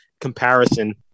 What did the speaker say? comparison